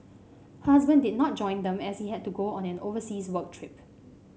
her husband did not join them as he had to go on an overseas work trip